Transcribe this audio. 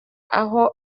aho